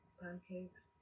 pancakes